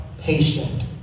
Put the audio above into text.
patient